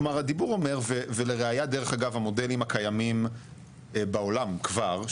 ולראייה המודלים הקיימים בעולם כבר,